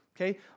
okay